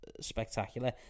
spectacular